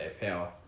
Power